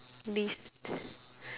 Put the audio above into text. list